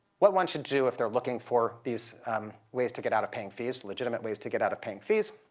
what one should do if they're looking for these ways to get out of paying fees legitimate ways to get out of paying fees